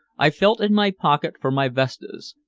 i felt in my pocket for my vestas,